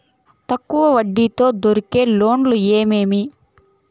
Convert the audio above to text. తక్కువ వడ్డీ తో దొరికే లోన్లు ఏమేమి